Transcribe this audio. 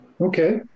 okay